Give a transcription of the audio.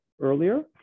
earlier